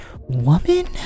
woman